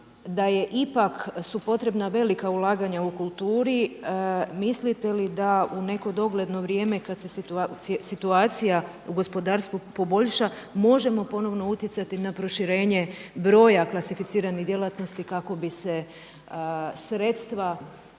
da je ipak, su potrebna velika ulaganja u kulturi, mislite li da u neko dogledno vrijeme kada se situacija u gospodarstvu poboljša možemo ponovno utjecati na proširenje broja djelatnosti kako bi se sredstva